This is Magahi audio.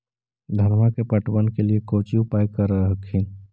धनमा के पटबन के लिये कौची उपाय कर हखिन?